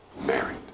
married